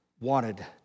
wanted